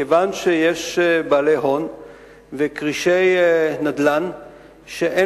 כיוון שיש בעלי הון וכרישי נדל"ן שאין